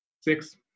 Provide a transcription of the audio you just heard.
Six